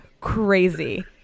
crazy